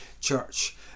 church